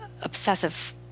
obsessive